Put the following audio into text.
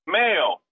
male